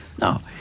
No